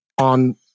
on